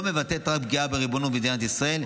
לא מבטאת רק פגיעה בריבונות מדינת ישראל,